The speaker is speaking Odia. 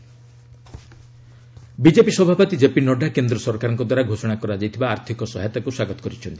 ଜେପି ନଡ୍ଡା ବିଜେପି ସଭାପତି କେପି ନଡ୍ଥା କେନ୍ଦ୍ର ସରକାରଙ୍କ ଦ୍ୱାରା ଘୋଷଣା କରାଯାଇଥିବା ଆର୍ଥିକ ସହାୟତାକୁ ସ୍ୱାଗତ କରିଛନ୍ତି